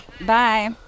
Bye